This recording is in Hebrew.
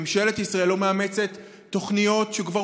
למה ממשלת ישראל לא מאמצת תוכניות שכבר